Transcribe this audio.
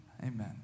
Amen